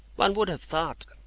one would have thought,